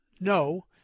no